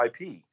IP